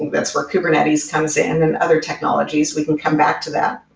that's where kubernetes comes in and other technologies. we can come back to that.